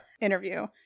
interview